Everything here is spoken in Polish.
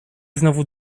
znowu